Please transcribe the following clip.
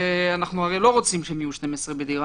אנחנו הרי לא רוצים שהם יהיו 12 בדירה,